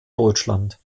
deutschland